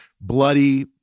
bloody